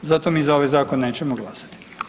Zato mi za ovaj zakon nećemo glasati.